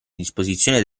disposizione